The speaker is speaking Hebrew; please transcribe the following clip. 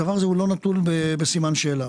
הדבר הזה לא נתון בסימן שאלה.